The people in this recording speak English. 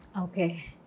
Okay